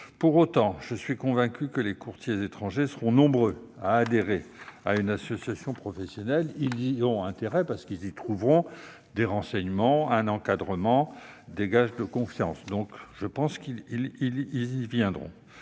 Pour autant, je suis convaincu que les courtiers étrangers seront nombreux à adhérer à une association professionnelle. Ils y auront tout intérêt, dans la mesure où ils y trouveront des renseignements, un encadrement, des gages de confiance. Je ne serais d'ailleurs